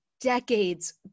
decades